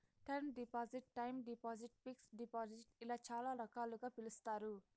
term deposit time deposit fixed deposit ఇలా చాలా రకాలుగా పిలుస్తారు